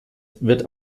wird